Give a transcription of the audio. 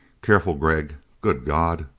careful, gregg! good god!